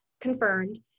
confirmed